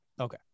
Okay